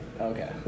Okay